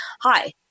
hi